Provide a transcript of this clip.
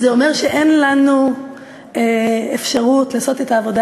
זה אומר שאין לנו אפשרות לעשות את העבודה